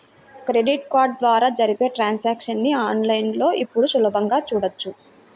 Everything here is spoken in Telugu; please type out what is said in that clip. క్రెడిట్ కార్డు ద్వారా జరిపే ట్రాన్సాక్షన్స్ ని ఆన్ లైన్ లో ఇప్పుడు సులభంగా చూడొచ్చు